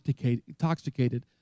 intoxicated